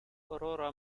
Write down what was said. aurora